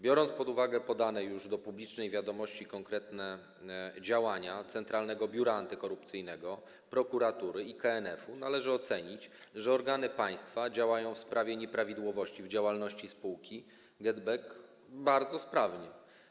Biorąc pod uwagę podane już do publicznej wiadomości konkretne działania Centralnego Biura Antykorupcyjnego, prokuratury i KNF-u, należy ocenić, że organy państwa działają w sprawie nieprawidłowości w działalności spółki GetBack bardzo sprawnie.